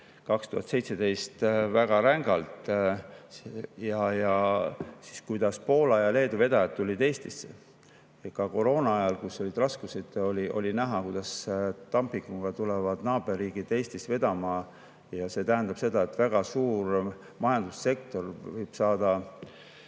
2017 väga rängalt, kuidas siis Poola ja Leedu vedajad tulid Eestisse. Ka koroona ajal, kus oli raskusi, oli näha, kuidas dumpinguga tulevad naaberriigid Eestisse vedama, ja see tähendab seda, et väga suur majandussektor võib saada